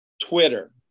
twitter